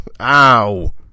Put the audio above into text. Ow